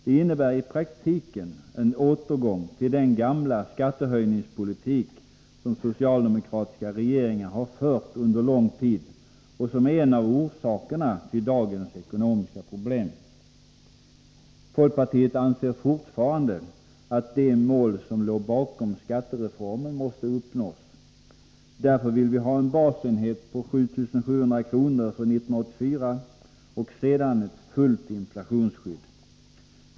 Det innebär i praktiken en återgång till den gamla skattehöjningspolitik som socialdemokratiska regeringar har fört under lång tid och som är en av orsakerna till dagens ekonomiska problem. Folkpartiet anser fortfarande att de mål som låg bakom skattereformen måste uppnås. Därför vill vi ha en basenhet på 7 700 kr. för 1984 och sedan ett fullt inflationsskydd.